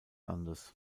landes